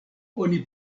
oni